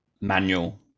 manual